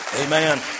Amen